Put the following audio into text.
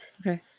Okay